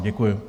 Děkuju.